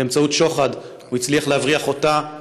באמצעות שוחד הוא הצליח להבריח אותה,